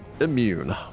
Immune